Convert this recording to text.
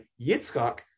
Yitzchak